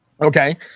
Okay